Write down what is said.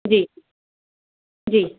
جی جی